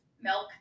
Milk